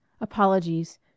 apologies